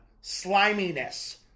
sliminess